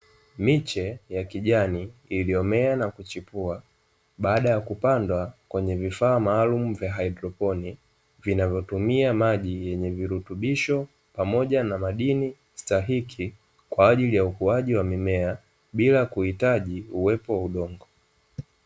Miche ya kijani iliyomea na kuchipua baada ya kupandwa kwenye vifaa maalumu vya haidroponi, vinavyotumia maji yenye virutubisho, pamoja na madini stahiki kwa ajili ya ukuaji wa mimea bila kuhitaji uwepo wa udongo.